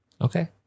Okay